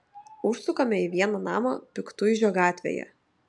užsukame į vieną namą piktuižio gatvėje